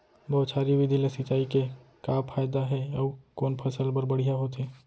बौछारी विधि ले सिंचाई के का फायदा हे अऊ कोन फसल बर बढ़िया होथे?